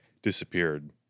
Disappeared